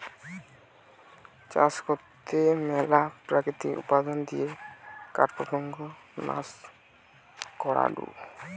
চাষ করতে ম্যালা প্রাকৃতিক উপাদান দিয়ে কীটপতঙ্গ নাশ করাঢু